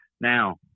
Now